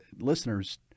listeners